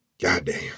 Goddamn